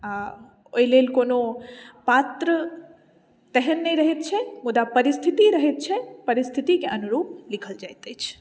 आ ओहि लेल कोनो पात्र तेहन नहि रहैत छै मुदा परिस्थिति रहैत छै परिस्थिति के अनुरूप लिखल जाइत अछि